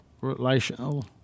relational